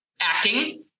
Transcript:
acting